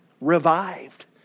revived